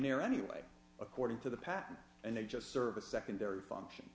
there anyway according to the patent and they just serve a secondary function